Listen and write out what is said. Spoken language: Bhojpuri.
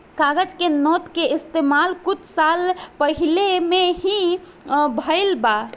कागज के नोट के इस्तमाल कुछ साल पहिले में ही भईल बा